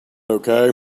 okay